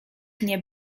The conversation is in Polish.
nie